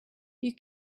you